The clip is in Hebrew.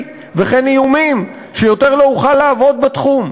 וכן איומים שיותר לא אוכל לעבוד בתחום.